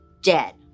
dead